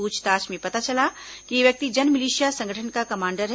पूछताछ में पता चला कि यह व्यक्ति जनमिलिशिया संगठन का कमांडर है